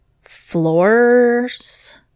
floors